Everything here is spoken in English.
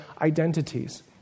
identities